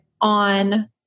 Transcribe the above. on